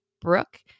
Brooke